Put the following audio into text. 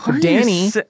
Danny